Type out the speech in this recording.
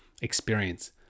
experience